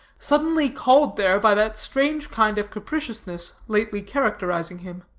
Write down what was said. suddenly called there by that strange kind of capriciousness lately characterizing him.